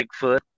Bigfoot